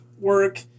work